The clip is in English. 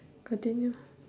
continue